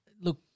look